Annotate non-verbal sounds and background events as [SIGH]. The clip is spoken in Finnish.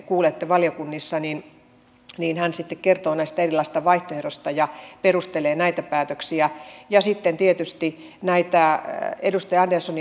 kuulette valiokunnissa esittelijä sitten kertoo näistä erilaisista vaihtoehdoista ja perustelee näitä päätöksiä sitten tietysti onko näitä vaihtoehtoja käsitelty mistä edustaja andersson [UNINTELLIGIBLE]